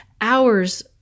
Hours